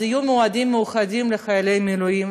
אז יהיו מועדים מיוחדים לחיילי מילואים,